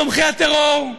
תומכי הטרור,